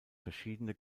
verschiedene